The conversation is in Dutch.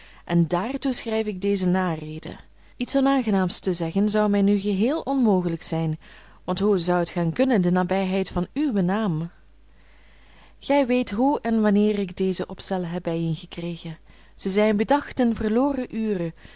en daartoe schrijf ik deze narede iets onaangenaams te zeggen zou mij nu geheel onmogelijk zijn want hoe zou het gaan kunnen in de nabijheid van uwen naam gij weet hoe en wanneer ik deze opstellen heb bijeengekregen zij zijn bedacht in verloren uren